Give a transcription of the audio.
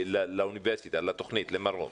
לאוניברסיטה, למרום.